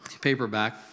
paperback